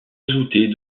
ajoutés